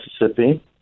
Mississippi